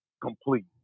complete